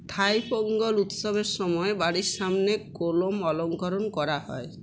থাই পোঙ্গল উৎসবের সময় বাড়ির সামনে কোলম অলঙ্করণ করা হয়